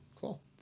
Cool